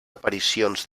aparicions